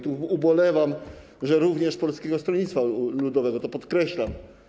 Tu ubolewam, że również Polskiego Stronnictwa Ludowego - to podkreślam.